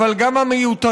אבל גם המיותרים,